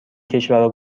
کشورا